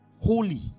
Holy